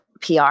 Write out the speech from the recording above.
PR